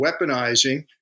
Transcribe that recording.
weaponizing